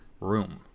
room